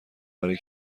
برای